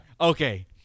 Okay